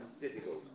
difficult